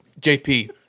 JP